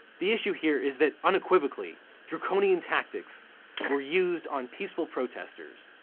the issue here is that unequivocally draconian tactics were used on peaceful protesters.